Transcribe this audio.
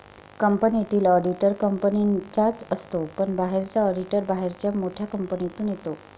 कंपनीतील ऑडिटर कंपनीचाच असतो पण बाहेरचा ऑडिटर बाहेरच्या मोठ्या कंपनीतून येतो